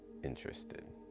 interested